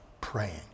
praying